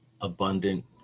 abundant